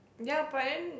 ya but then